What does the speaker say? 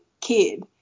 kid